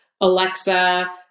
Alexa